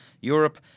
Europe